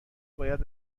باید